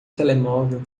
telemóvel